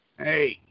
Hey